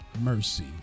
mercy